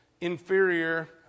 inferior